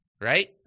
right